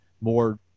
more